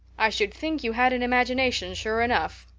i should think you had an imagination, sure enough.